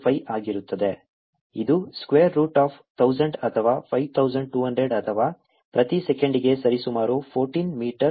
05 ಆಗಿರುತ್ತದೆ ಇದು square root of 1000 ಅಥವಾ 5200 ಅಥವಾ ಪ್ರತಿ ಸೆಕೆಂಡಿಗೆ ಸರಿಸುಮಾರು 14 ಮೀಟರ್